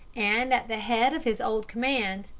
and at the head of his old command,